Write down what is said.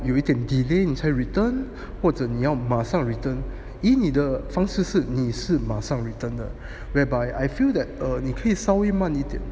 有一点 delay 你才 return 或者你要马上 return 以你的方式是你是马上 return 的 whereby I feel that err 你可以稍微慢一点